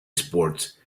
sports